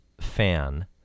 fan